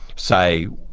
say,